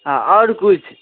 हँ आओर किछु